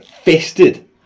fisted